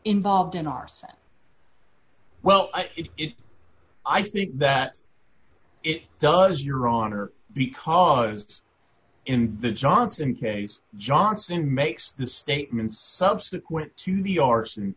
involved in our set well it i think that it does your honor because it's in the johnson case johnson makes the statements subsequent to the arson